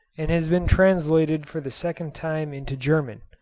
and has been translated for the second time into german,